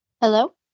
hello